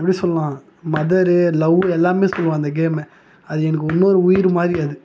எப்படி சொல்லாம் mother love எல்லாமே சொல்லுவேன் அந்த கேம்மை அது எனக்கு இன்னொரு உயிர் மாதிரி அது